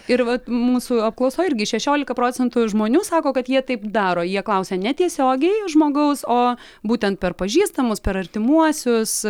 ir vat mūsų apklausoj irgi šešiolika procentų žmonių sako kad jie taip daro jie klausia ne tiesiogiai žmogaus o būtent per pažįstamus per artimuosius